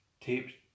tape